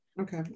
Okay